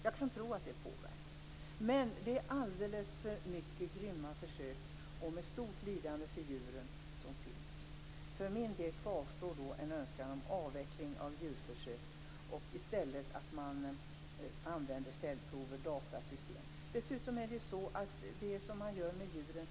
Jag kan inte ta ställning till om just de här försöken har varit berättigade eller inte, men det är naturligtvis oerhört viktigt att de djurförsöksetiska nämnderna har möjlighet att göra det. Återigen: Arbetsformerna är viktiga. Ordförandena i nämnderna är i dag domare.